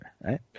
right